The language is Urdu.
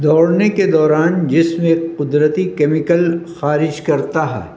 دوڑنے کے دوران جس میں قدرتی کیمیکل خارج کرتا ہے